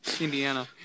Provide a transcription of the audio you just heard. Indiana